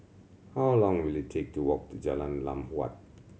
how long will it take to walk to Jalan Lam Huat